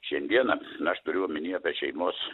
šiandieną aš turiu omeny apie šeimos